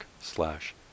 slash